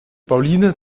pauline